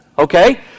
Okay